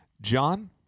John